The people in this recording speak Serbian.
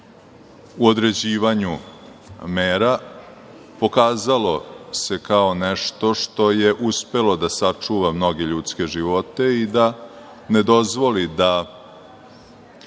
u određivanju mera, pokazalo kao nešto što je uspelo da sačuva mnoge ljudske živote i da ne dozvoli da